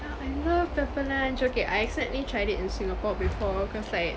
yeah I love pepper lunch okay I accidentally tried it in singapore before cause like